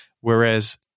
whereas